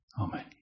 Amen